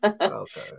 okay